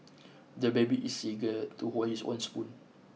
the baby is eager to hold his own spoon